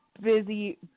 busy